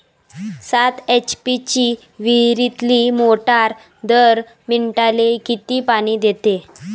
सात एच.पी ची विहिरीतली मोटार दर मिनटाले किती पानी देते?